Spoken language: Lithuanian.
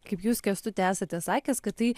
kaip jūs kęstuti esate sakęs kad tai